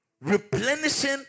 Replenishing